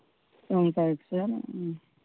అవును correct sir